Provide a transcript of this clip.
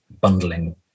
bundling